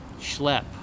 schlep